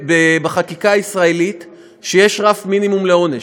בחקיקה הישראלית שיש בהם רף מינימום לעונש.